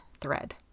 thread